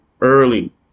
early